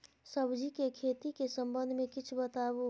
सब्जी के खेती के संबंध मे किछ बताबू?